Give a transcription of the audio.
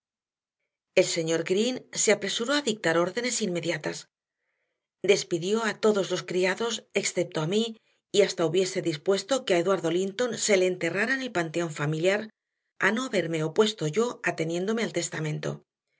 el señor green se apresuró a dictar órdenes inmediatas despidió a todos los criados excepto a mí y hasta hubiese dispuesto que a eduardo linton se le enterrara en el panteón familiar a no haberme opuesto yo ateniéndome al testamento